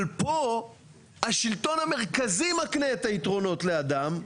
אבל פה השלטון המרכזי מקנה את היתרונות לאדם,